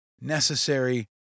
necessary